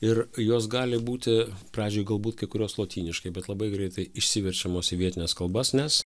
ir jos gali būti pradžioj galbūt kai kurios lotyniškai bet labai greitai išsiverčiamos į vietines kalbas nes